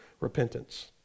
repentance